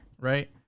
right